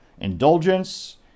Indulgence